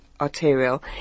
arterial